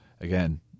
again